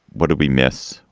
what do we miss?